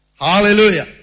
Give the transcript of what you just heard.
Hallelujah